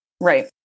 Right